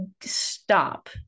stop